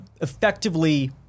effectively